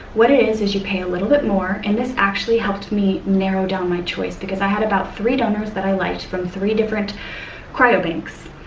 what it is, is you pay a little bit more and this actually helped me narrow down my choice because i had about three donors that i liked from three different cryobanks,